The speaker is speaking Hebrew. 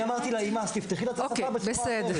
אמרתי לאימא: תפתחי לה את השפה בצורה אחרת.